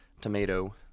Tomato